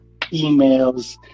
emails